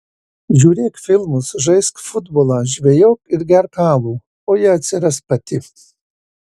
žiūrėk filmus žaisk futbolą žvejok ir gerk alų o ji atsiras pati